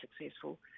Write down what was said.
successful